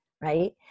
Right